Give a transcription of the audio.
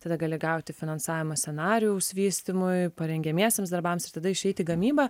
tada gali gauti finansavimą scenarijaus vystymui parengiamiesiems darbams ir tada išeiti į gamybą